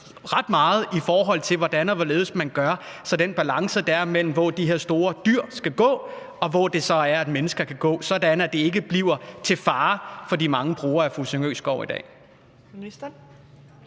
ret meget, i forhold til hvordan og hvorledes man gør, så der kan være en balance mellem, hvor de her store dyr skal gå, og hvor det så er, mennesker kan gå, så det ikke bliver til fare for de mange brugere af skoven ved